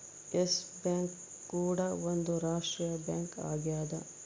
S bank ಕೂಡ ಒಂದ್ ರಾಷ್ಟ್ರೀಯ ಬ್ಯಾಂಕ್ ಆಗ್ಯದ